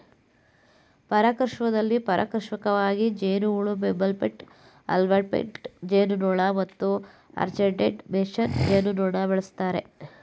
ಪರಾಗಸ್ಪರ್ಶದಲ್ಲಿ ಪರಾಗಸ್ಪರ್ಶಕವಾಗಿ ಜೇನುಹುಳು ಬಂಬಲ್ಬೀ ಅಲ್ಫಾಲ್ಫಾ ಜೇನುನೊಣ ಮತ್ತು ಆರ್ಚರ್ಡ್ ಮೇಸನ್ ಜೇನುನೊಣ ಬಳಸ್ತಾರೆ